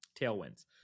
tailwinds